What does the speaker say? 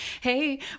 Hey